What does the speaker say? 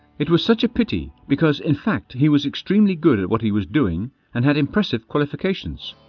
it was such a pity because, in fact, he was extremely good at what he was doing and had impressive qualifications.